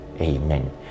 amen